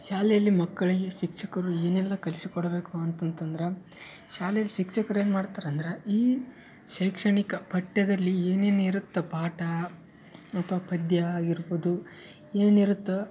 ಶಾಲೆಯಲ್ಲಿ ಮಕ್ಕಳಿಗೆ ಶಿಕ್ಷಕರು ಏನೆಲ್ಲ ಕಲಿಸಿ ಕೊಡಬೇಕು ಅಂತಂತ ಅಂದ್ರೆ ಶಾಲೆಯಲ್ಲಿ ಶಿಕ್ಷಕರು ಏನು ಮಾಡ್ತಾರಂದ್ರೆ ಈ ಶೈಕ್ಷಣಿಕ ಪಠ್ಯದಲ್ಲಿ ಏನೇನು ಇರತ್ತೊ ಪಾಠ ಅಥ್ವ ಪದ್ಯ ಆಗಿರ್ಬೊದು ಏನಿರುತ್ತೊ